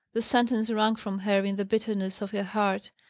the sentence, wrung from her in the bitterness of her heart,